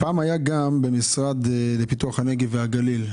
היה גם במשרד לפיתוח הנגב והגליל.